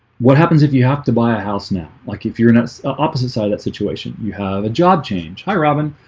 what happens if you have to buy a house now like if you're nuts ah opposite side that situation you have a job change hi robyn,